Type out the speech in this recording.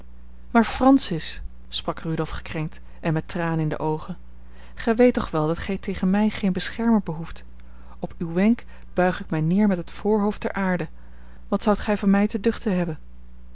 maar francis sprak rudolf gekrenkt en met tranen in de oogen gij weet toch wel dat gij tegen mij geen beschermer behoeft op uw wenk buig ik mij neer met het voorhoofd ter aarde wat zoudt gij van mij te duchten hebben